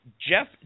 Jeff